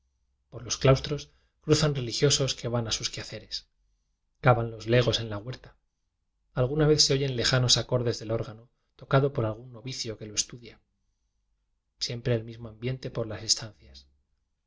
por los claustros cruzan religiosos que van a sus quehaceres cavan los legos en la huerta alguna vez se oyen lejanos acor des del órgano tocado por algún novicio que lo estudia siempre el mismo ambiente por las estancias